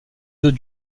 deux